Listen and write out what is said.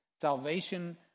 Salvation